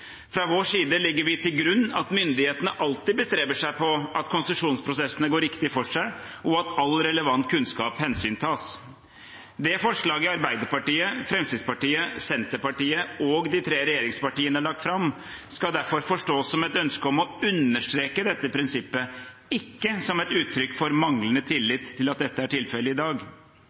Fra vår side legger vi til grunn at myndighetene alltid bestreber seg på at konsesjonsprosessene går riktig for seg, og at all relevant kunnskap hensyntas. Det forslaget Arbeiderpartiet, Fremskrittspartiet, Senterpartiet og de tre regjeringspartiene har lagt fram, skal derfor forstås som et ønske om å understreke dette prinsippet, ikke som et uttrykk for manglende tillit til at dette er tilfellet i dag.